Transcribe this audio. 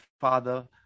Father